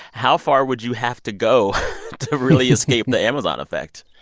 how far would you have to go to really escape the amazon effect?